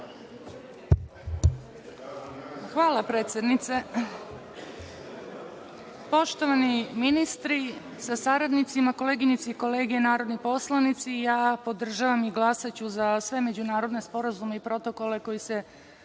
Hvala predsednice. Poštovani ministri sa saradnicima, koleginice i kolege narodni poslanici, ja podržavam i glasaću za sve međunarodne sporazume i protokole koji se